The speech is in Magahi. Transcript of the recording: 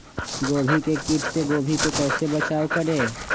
गोभी के किट से गोभी का कैसे बचाव करें?